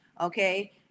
Okay